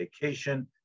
vacation